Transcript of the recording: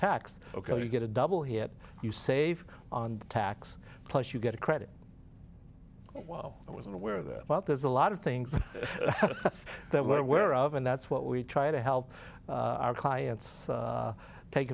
taxed ok you get a double hit you save on the tax plus you get a credit well i wasn't aware of that but there's a lot of things that we're aware of and that's what we try to help our clients take